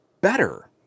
better